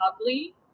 ugly